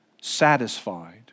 satisfied